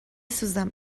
سوزم